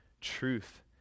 truth